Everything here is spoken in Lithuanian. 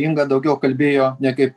inga daugiau kalbėjo ne kai